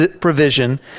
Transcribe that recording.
provision